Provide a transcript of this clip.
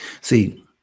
See